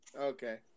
okay